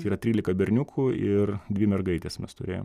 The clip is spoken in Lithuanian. yra trylika berniukų ir dvi mergaitės mes turėjo